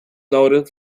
noted